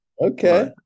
okay